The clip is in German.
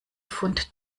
pfund